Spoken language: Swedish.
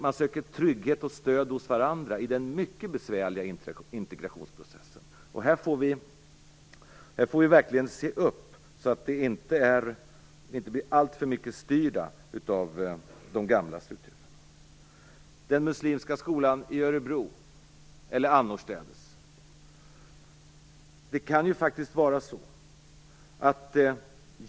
Man söker trygghet och stöd hos varandra i den mycket besvärliga integrationsprocessen. Här får vi verkligen se upp så att de inte blir alltför mycket styrda av de gamla strukturerna. Den muslimska skolan i Örebro tas som exempel. Men skolans roll i segregationen är alldeles för uppvärderad.